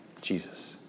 Jesus